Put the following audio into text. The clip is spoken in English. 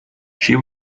she